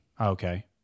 Okay